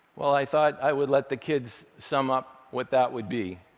well, i thought i would let the kids sum up what that would be.